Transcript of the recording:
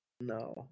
No